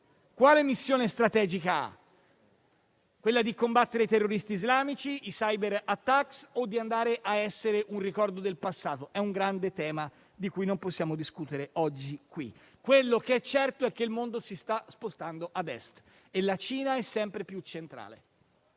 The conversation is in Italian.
quale missione strategica ha? Quella di combattere i terroristi islamici e i *cyber attack* o di essere un ricordo del passato? È un grande tema, di cui non possiamo discutere qui oggi. Quello che è certo è che il mondo si sta spostando a Est e che la Cina è sempre più centrale.